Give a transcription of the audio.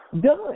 done